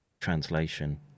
translation